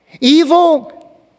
Evil